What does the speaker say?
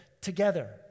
together